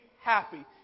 happy